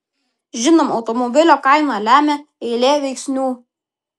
žinoma automobilio kainą lemia eilė veiksnių